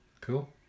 Cool